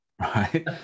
Right